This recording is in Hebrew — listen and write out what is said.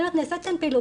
נעשית כאן פעילות.